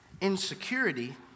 insecurity